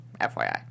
FYI